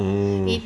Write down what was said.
mm